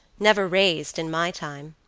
never raised in my time,